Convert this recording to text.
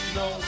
no